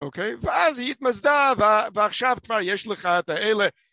אוקיי ואז היא התמסדה ועכשיו כבר יש לך את האלה